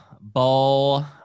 ball